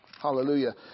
Hallelujah